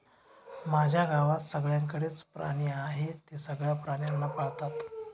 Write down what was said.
माझ्या गावात सगळ्यांकडे च प्राणी आहे, ते सगळे प्राण्यांना पाळतात